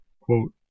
quote